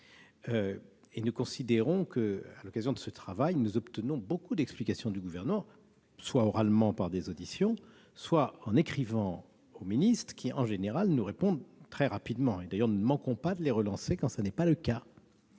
Nous considérons que, dans ce cadre, nous obtenons beaucoup d'explications du Gouvernement, soit oralement lors des auditions, soit en écrivant aux ministres, qui répondent en général très rapidement ; d'ailleurs, nous ne manquons pas de les relancer quand ce n'est pas le cas.